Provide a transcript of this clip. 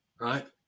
Right